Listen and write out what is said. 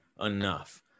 enough